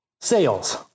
sales